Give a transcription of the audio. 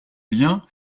lien